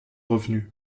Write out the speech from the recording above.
revenu